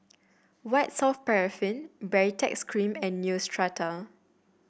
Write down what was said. White Soft Paraffin Baritex Cream and Neostrata